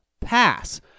pass